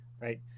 right